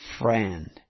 Friend